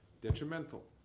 detrimental